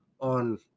on